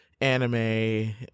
anime